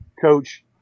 Coach